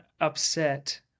upset